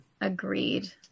Agreed